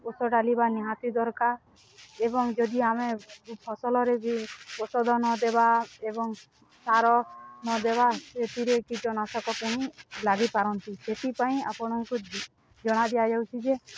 ଓଷୋ ଡାଲିବା ବା ନିହାତି ଦରକାର ଏବଂ ଯଦି ଆମେ ଫସଲରେ ଔଷଧ ନ ଦେବା ଏବଂ ସାର ନ ଦେବା ସେଥିରେ କୀଟନାଶକ ପଣି ଲାଗିପାରନ୍ତି ସେଥିପାଇଁ ଆପଣଙ୍କୁ ଜଣାଇ ଦିଆଯାଉଛି ଯେ